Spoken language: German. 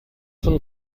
von